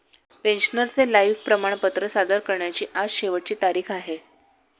पेन्शनरचे लाइफ प्रमाणपत्र सादर करण्याची आज शेवटची तारीख आहे